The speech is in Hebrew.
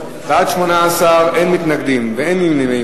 18, אין מתנגדים, אין נמנעים.